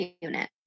unit